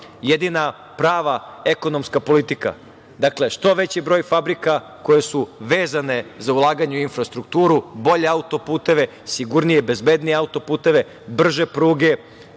jedina prva ekonomska politika. Dakle, što veći broj fabrika koje su vezane za ulaganje u infrastrukturu, bolje autoputeve, sigurnije, bezbednije autoputeve, brže pruge,